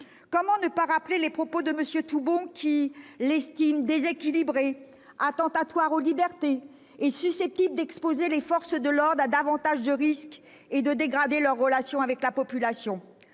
Comment ne pas rappeler les propos de M. Toubon ? Il l'estime « déséquilibrée, attentatoire aux libertés et susceptible d'exposer les forces de l'ordre à davantage de risques et de dégrader leur relation avec la population